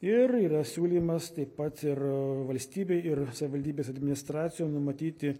ir yra siūlymas taip pat ir valstybei ir savivaldybės administracijom numatyti